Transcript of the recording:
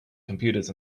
computers